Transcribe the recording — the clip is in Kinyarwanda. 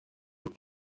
kuko